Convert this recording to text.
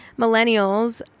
millennials